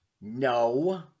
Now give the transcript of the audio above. No